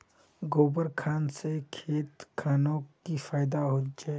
गोबर खान से खेत खानोक की फायदा होछै?